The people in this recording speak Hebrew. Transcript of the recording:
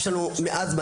יש לנו מעט זמן,